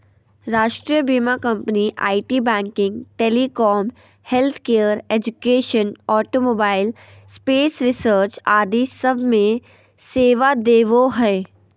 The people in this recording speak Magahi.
राष्ट्रीय बीमा company IT, banking, telecom, healthcare, education, automobile, space research आदि सब मे सेवा देवो हय